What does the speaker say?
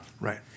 Right